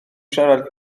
siarad